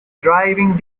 driving